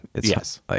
Yes